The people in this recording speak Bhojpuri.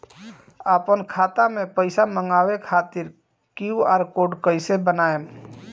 आपन खाता मे पईसा मँगवावे खातिर क्यू.आर कोड कईसे बनाएम?